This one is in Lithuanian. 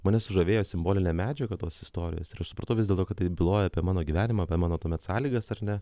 mane sužavėjo simbolinė medžiaga tos istorijos ir supratau vis dėlto kad tai byloja apie mano gyvenimą apie mano tuomet sąlygas ar ne